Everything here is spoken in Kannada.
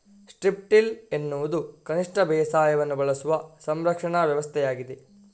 ಸ್ಟ್ರಿಪ್ ಟಿಲ್ ಎನ್ನುವುದು ಕನಿಷ್ಟ ಬೇಸಾಯವನ್ನು ಬಳಸುವ ಸಂರಕ್ಷಣಾ ವ್ಯವಸ್ಥೆಯಾಗಿದೆ